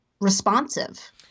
responsive